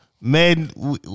men